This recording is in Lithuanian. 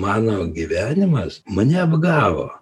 mano gyvenimas mane apgavo